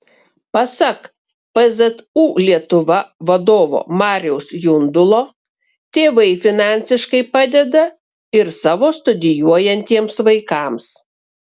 pasak pzu lietuva vadovo mariaus jundulo tėvai finansiškai padeda ir savo studijuojantiems vaikams